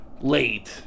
late